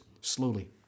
slowly